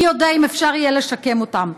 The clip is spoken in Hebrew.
מי יודע אם אפשר יהיה לשקם אותם.